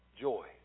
Joy